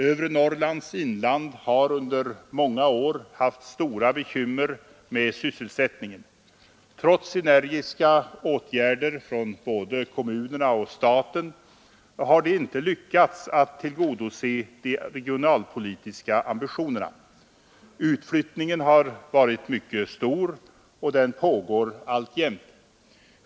Övre Norrlands inland har under många år haft stora bekymmer med sysselsättningen. Trots energiska åtgärder från både kommunerna och staten har det inte lyckats att uppfylla de regionalpolitiska ambitionerna. Utflyttningen har varit mycket stor, och den pågår alltjämt.